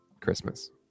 Christmas